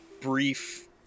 brief